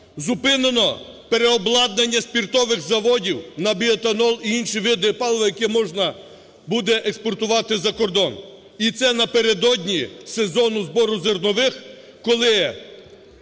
Зупинено переобладнання спиртових заводів на біоетанол і інші види палива, яке можна буде експортувати за кордон, і це напередодні сезону збору зернових, коли